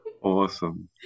Awesome